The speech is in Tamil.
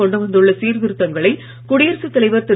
கொண்டு வந்துள்ள சீர்திருத்தங்களை குடியரசுத் தலைவர் திரு